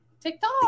TikTok